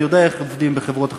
אני יודע איך עובדים בחברות חדשות,